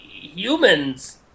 humans